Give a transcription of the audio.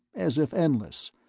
as if endless,